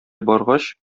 баргач